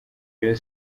rayon